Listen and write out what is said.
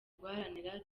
guharanira